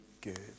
good